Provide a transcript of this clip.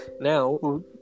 Now